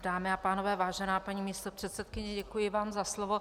Dámy a pánové, vážená paní místopředsedkyně, děkuji vám za slovo.